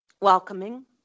welcoming